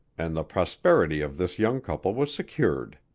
and the prosperity of this young couple was secured.